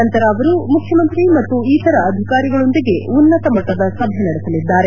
ನಂತರ ಅವರು ಮುಖ್ಯಮಂತ್ರಿ ಮತ್ತು ಇತರ ಅಧಿಕಾರಿಗಳೊಂದಿಗೆ ಉನ್ನತ ಮಟ್ಟದ ಸಭೆ ನಡೆಸಲಿದ್ದಾರೆ